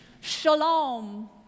shalom